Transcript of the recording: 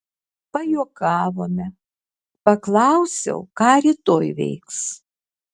pajuokavome paklausiau ką rytoj veiks